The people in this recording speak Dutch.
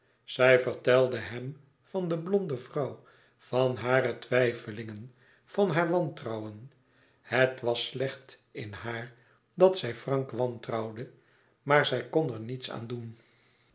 zij vertelde hem van de blonde vrouw van hare twijfelingen van haar wantrouwen het was slecht in haar dat zij frank wantrouwde maar zij kon er niets aan doen